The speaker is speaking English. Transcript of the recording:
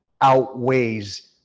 outweighs